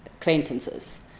acquaintances